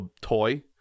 toy